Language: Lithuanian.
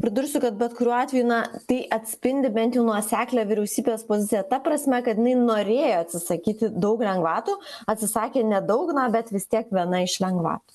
pridursiu kad bet kuriuo atveju na tai atspindi bent jau nuoseklią vyriausybės poziciją ta prasme kad jinai norėjo atsisakyti daug lengvatų atsisakė nedaug bet vis tiek viena iš lengvatų